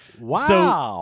Wow